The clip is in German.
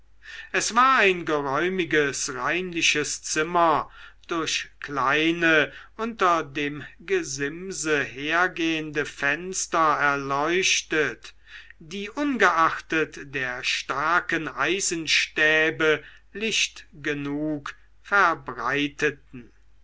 es war ein geräumiges reinliches zimmer durch kleine unter dem gesimse hergehende fenster erleuchtet die ungeachtet der starken eisenstäbe licht genug verbreiteten